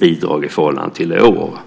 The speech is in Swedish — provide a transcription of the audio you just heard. bidrag i förhållande till i år.